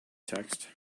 text